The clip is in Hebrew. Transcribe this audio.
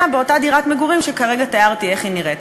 לאותה דירת מגורים שכרגע תיארתי איך היא נראית.